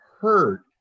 hurt